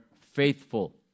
faithful